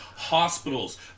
hospitals